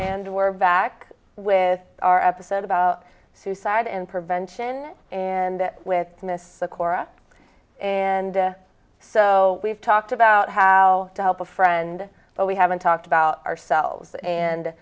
and we're with our episode about suicide and prevention and with the kora and so we've talked about how to help a friend but we haven't talked about ourselves and